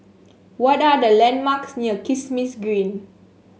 what are the landmarks near Kismis Green